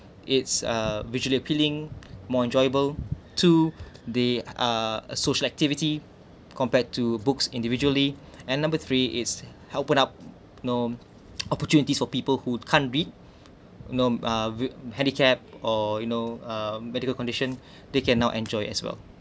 it's a visually appealing more enjoyable two they are a social activity compared to books individually and number three is help'em up you know opportunities for people who can't read you know uh with handicapped or you know uh medical condition they can now enjoy as well